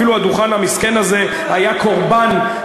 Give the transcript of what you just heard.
אפילו הדוכן המסכן הזה היה קורבן,